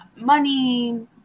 money